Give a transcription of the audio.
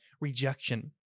rejection